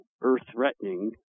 earth-threatening